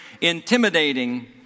intimidating